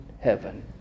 Heaven